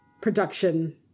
production